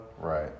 Right